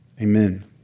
Amen